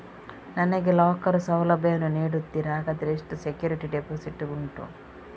ನನಗೆ ಲಾಕರ್ ಸೌಲಭ್ಯ ವನ್ನು ನೀಡುತ್ತೀರಾ, ಹಾಗಾದರೆ ಎಷ್ಟು ಸೆಕ್ಯೂರಿಟಿ ಡೆಪೋಸಿಟ್ ಉಂಟು?